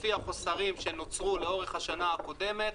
לפי החוסרים שנוצרו לאורך השנה הקודמת,